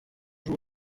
joué